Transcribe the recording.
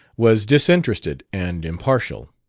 was disinterested and impartial.